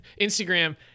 instagram